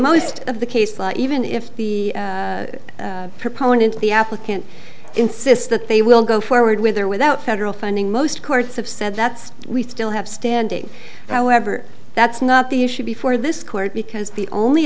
most of the case even if the proponent the applicant insists that they will go forward with or without federal funding most courts have said that's we still have standing however that's not the issue before this court because the only